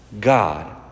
God